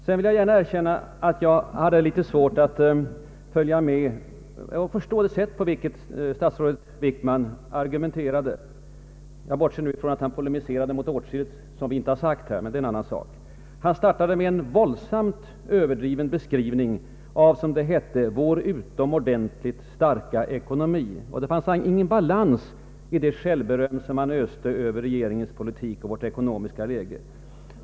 Jag vill gärna erkänna att jag hade svårt att förstå det sätt på vilket statsrådet Wickman argumenterade. Jag bortser nu ifrån att han polemiserade mot åtskilligt som vi inte sagt här, men det är en annan sak. Han startade med en våldsamt överdriven beskrivning av som det hette ”vår utomordentligt starka ekonomi”, och det fanns ingen balans i det självberöm som han öste över regeringens politik och vårt ekonomiska läge.